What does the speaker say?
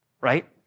right